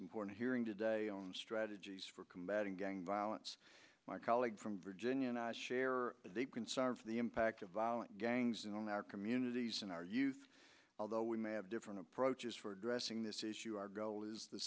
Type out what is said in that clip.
important hearing today on strategies for combating gang violence my colleague from virginia and i share the concern for the impact of violent gangs in our communities in our youth although we may have different approaches for addressing this issue our goal is the